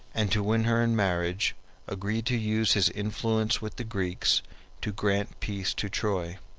and to win her in marriage agreed to use his influence with the greeks to grant peace to troy.